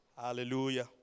Hallelujah